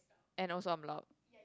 and also I'm loud